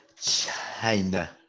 China